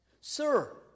Sir